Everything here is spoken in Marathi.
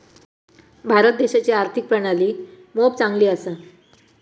भारत देशाची आर्थिक प्रणाली मोप चांगली असा